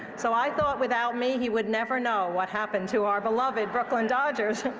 so i thought, without me, he would never know what happened to our beloved brooklyn dodgers.